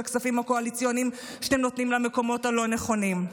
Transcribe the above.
הכספים הקואליציוניים שאתם נותנים למקומות הלא-נכונים?